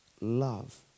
love